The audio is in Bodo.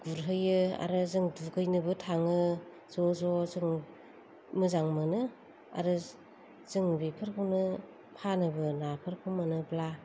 गुरहैयो आरो जों दुगैनोबो थाङो ज' ज' जों मोजां मोनो आरो जों बिफोरखौनो फानोबो नाफोरखौ मोनोब्ला